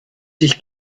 sich